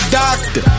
doctor